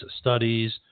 studies